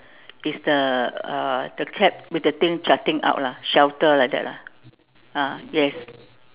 it's the uh the cap with the thing jutting out lah shelter like that lah ah yes